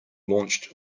launched